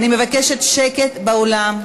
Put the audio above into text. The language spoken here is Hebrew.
אני מבקשת שקט באולם.